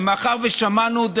ומאחר ששמענו,